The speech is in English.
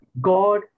God